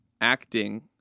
acting